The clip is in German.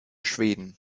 schweden